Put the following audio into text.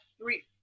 three